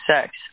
sex